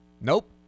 Nope